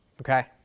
okay